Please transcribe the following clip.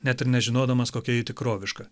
net ir nežinodamas kokia ji tikroviška